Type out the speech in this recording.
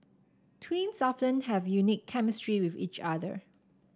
twins often have unique chemistry with each other